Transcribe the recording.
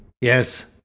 Yes